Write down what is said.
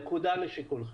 נקודה לשיקולכם.